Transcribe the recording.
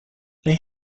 they